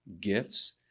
gifts